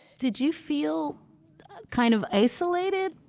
did you feel kind of isolated?